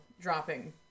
dropping